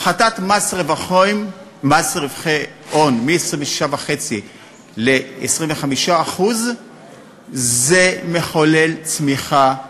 הפחתת מס רווחי הון מ-26.5% ל-25% זה מחולל צמיחה,